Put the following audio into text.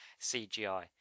CGI